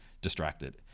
distracted